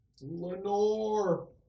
Lenore